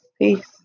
Peace